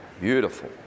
Beautiful